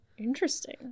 interesting